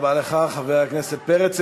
תודה רבה לך, חבר הכנסת פרץ.